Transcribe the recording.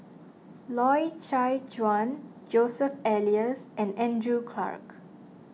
Loy Chye Chuan Joseph Elias and Andrew Clarke